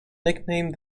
nickname